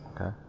Okay